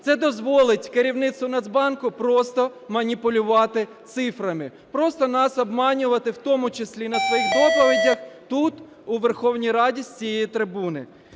Це дозволить керівництву Нацбанку просто маніпулювати цифрами, просто нас обманювати, в тому числі і на своїх доповідях тут у Верховній Раді, з цієї трибуни.